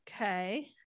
Okay